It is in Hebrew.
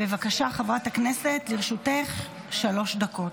בבקשה, חברת הכנסת, לרשותך שלוש דקות.